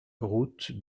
route